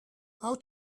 how